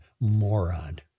moron